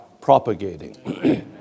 propagating